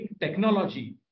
technology